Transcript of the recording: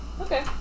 Okay